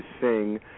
sing